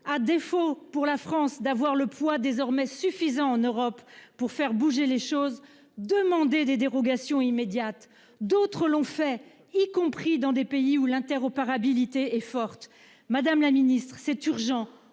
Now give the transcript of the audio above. À défaut, pour la France d'avoir le poids désormais suffisant en Europe pour faire bouger les choses. Demander des dérogations immédiate d'autres l'ont fait, y compris dans des pays où l'interro par habilité et forte, madame la Ministre, c'est urgent,